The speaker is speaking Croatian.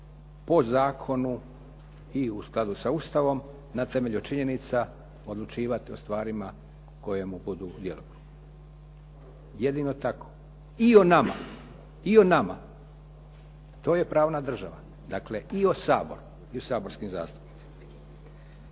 po zakonu i u skladu sa Ustavom na temelju činjenica odlučivati o stvarima koje mu budu u djelokrugu. Jedino tako. I o nama, i o nama. To je pravna država dakle, i o Sabor, i o saborskim zastupnicima.